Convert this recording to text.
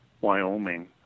Wyoming